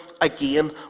again